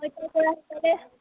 ছয়টাৰপৰা হ'লে